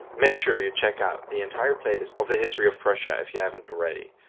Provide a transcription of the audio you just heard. make sure you check out the entire playlist of the history of prussia if you haven't already.